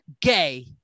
Gay